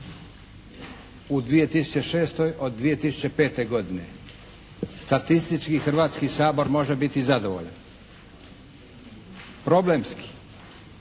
u 2006. od 2005. godine. Statistički Hrvatski sabor može biti zadovoljan. Problemski